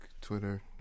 Twitter